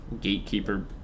gatekeeper